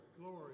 glory